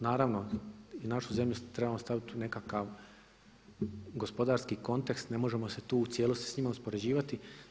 Naravno i našu zemlju trebamo staviti u nekakav gospodarski kontekst, ne možemo se tu u cijelosti s njima uspoređivati.